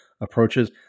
approaches